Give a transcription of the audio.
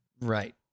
Right